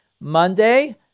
Monday